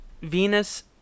Venus